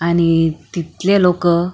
आणि तिथले लोक